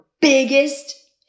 biggest